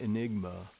Enigma